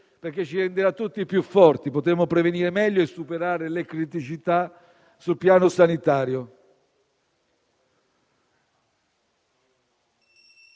perché ci renderà tutti più forti. Potremo prevenire meglio e superare le criticità sul piano sanitario.